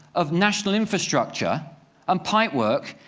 of national infrastructure and pipe work,